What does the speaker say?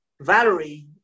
Valerie